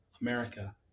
America